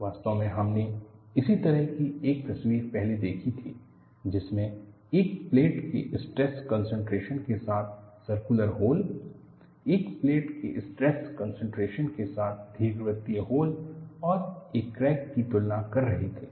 वास्तव में हमने इसी तरह की एक तस्वीर पहले देखी थी जिसमें एक प्लेट के स्ट्रेस कंसंट्रेशन के साथ सरकुलर होल एक प्लेट के स्ट्रेस कंसंट्रेशन के साथ दीर्घवृत्तीय होल और एक क्रैक की तुलना कर रहे थे